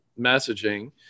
messaging